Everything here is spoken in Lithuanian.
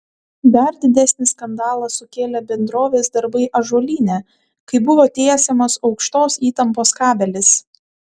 dar didesnį skandalą sukėlė bendrovės darbai ąžuolyne kai buvo tiesiamas aukštos įtampos kabelis